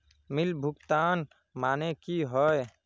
Bill भुगतान माने की होय?